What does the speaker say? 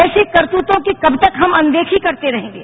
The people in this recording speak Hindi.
ऐसी करतूतों की कब तक हम अनदेखी करते रहेंगे